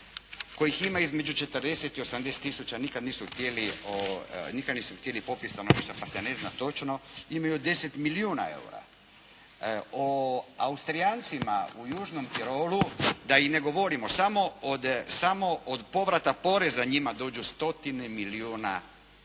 kojih ima između 40 i 80 tisuća, nikad nisu htjeli popis stanovništva pa se ne zna točno, imaju 10 milijuna eura. O Austrijancima u južnom Tirolu da i ne govorimo, samo od povrata poreza njima dođu stotine milijuna eura